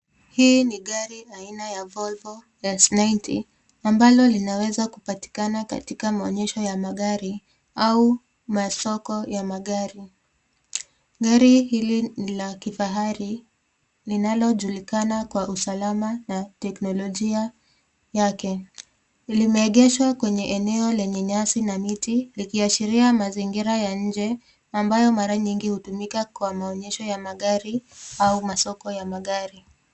Hii ni gari aina ya Volvo S90 ambalo linaweza kupatikana katika maonyesho ya magari au masoko ya magari. Gari hili ni la kifahari linalojulikana kwa usalama na teknolojia yake. Limeegeshwa kwenye eneo lenye nyasi na miti likiashiria mazingira ya nje ambayo mara nyingi hutumika kwa maonyesho ya magari au masoko ya magari.